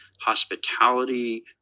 Hospitality